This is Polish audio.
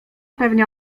pewnie